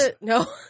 No